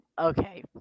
Okay